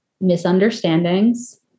misunderstandings